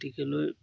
গতিকেলৈ